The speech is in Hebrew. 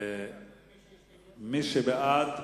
מי שבעד,